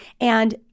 and-